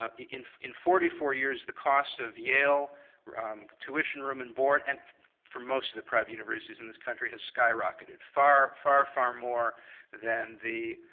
ah in in forty four years, the cost of yale tuition, room and board, and for most of the private universities in this country, has skyrocketed far, far far more than the,